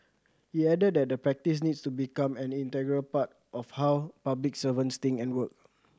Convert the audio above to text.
he added that the practice needs to become an integral part of how public servants think and work